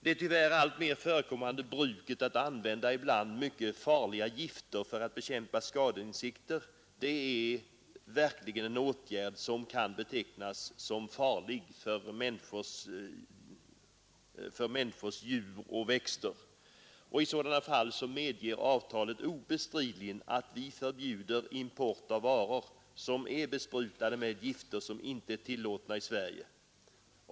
Det tyvärr alltmer förekommande bruket att använda ibland mycket farliga gifter för att bekämpa skadeinsekter är verkligen en åtgärd, som kan betecknas som farlig för människor, djur och växter. I sådana fall medger avtalet obestridligen att vi förbjuder import av varor, som är besprutade med gifter som inte är tillåtna i Sverige.